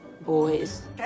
Boys